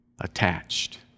attached